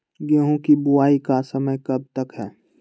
गेंहू की बुवाई का समय कब तक है?